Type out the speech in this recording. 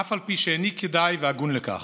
אף על פי שאיני כדאי והגון לכך.